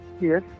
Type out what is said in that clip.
Yes